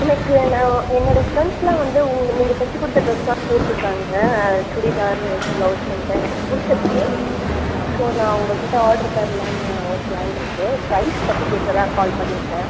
எனக்கு நான் என்னோட ஃப்ரெண்ட்ஸ்லாம் வந்து உங்கள் நீங்கள் தச்சுக் கொடுத்த டிரெஸ் தான் போட்டுருக்காங்க சுடிதார் பிளவுஸ்ன்ட்டு எனக்கு அது பிடிச்சிருக்கு ஸோ நான் உங்கள்கிட்ட ஆர்டர் தரலாம்ன்னு ஒரு பிளான் இருக்கு பிரைஸ் பற்றிக் கேட்க தான் கால் பண்ணியிருக்கேன்